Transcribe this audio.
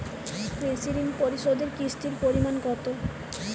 কৃষি ঋণ পরিশোধের কিস্তির পরিমাণ কতো?